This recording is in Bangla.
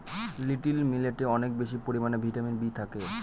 লিটিল মিলেটে অনেক বেশি পরিমানে ভিটামিন বি থাকে